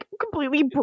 completely